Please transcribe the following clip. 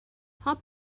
hop